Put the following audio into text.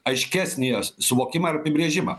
aiškesnį jos suvokimą ir apibrėžimą